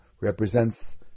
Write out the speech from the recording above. represents